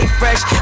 fresh